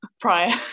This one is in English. prior